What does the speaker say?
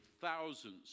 thousands